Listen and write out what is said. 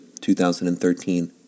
2013